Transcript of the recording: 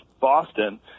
Boston